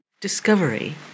discovery